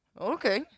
Okay